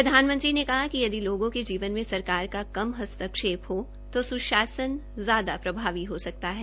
प्रधानमंत्री ने कहा कि यदि लोगों के जीवन में सरकार का कम हस्तक्षे हो तो स्शासन ज्यादा प्रभावी हो सकता है